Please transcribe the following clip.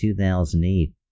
2008